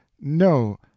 no